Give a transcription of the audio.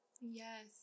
Yes